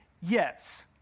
Yes